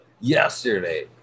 Yesterday